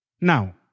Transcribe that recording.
Now